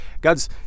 God's